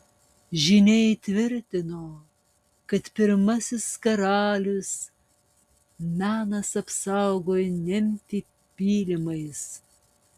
žyniai tvirtino kad pirmasis karalius menas apsaugojo memfį pylimais